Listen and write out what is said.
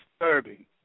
disturbing